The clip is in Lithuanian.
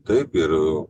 taip ir